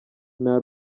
nta